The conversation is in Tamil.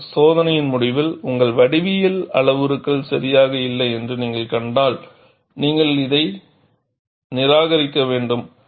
ஆனால் சோதனையின் முடிவில் உங்கள் வடிவியல் அளவுருக்கள் சரியாக இல்லை என்று நீங்கள் கண்டால் நீங்கள் இதை நிராகரிக்க வேண்டும்